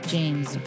James